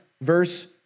verse